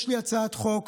יש לי הצעת חוק,